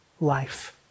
life